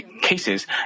cases